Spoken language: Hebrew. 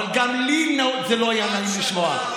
אבל גם לי זה לא היה נעים לשמוע.